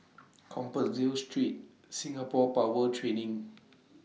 Compassvale Street Singapore Power Training